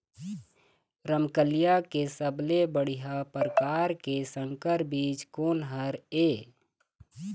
रमकलिया के सबले बढ़िया परकार के संकर बीज कोन हर ये?